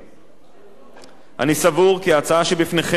אני סבור כי ההצעה שבפניכם הינה חשובה,